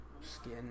Skin